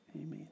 Amen